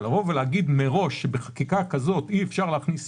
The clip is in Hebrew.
אבל להגיד מראש שבחקיקה כזאת אי אפשר להכניס